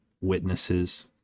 witnesses